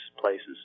places